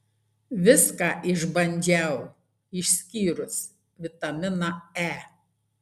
viską išbandžiau išskyrus vitaminą e